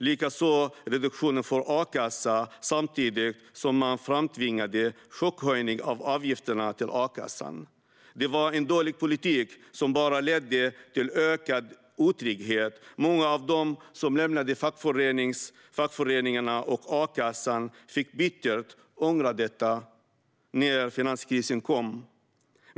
Likaså avskaffades reduktionen för a-kassa, samtidigt som man framtvingade en chockhöjning av avgifterna till a-kassan. Det var en dålig politik som bara ledde till ökad otrygghet. Många av dem som lämnade fackföreningarna och a-kassan fick bittert ångra detta när finanskrisen kom.